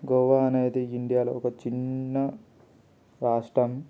గోవా అనేది ఇండియాలో ఒక చిన్న రాష్ట్రం